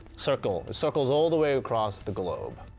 circle circles all the way across the globe.